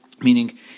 Meaning